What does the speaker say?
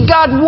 God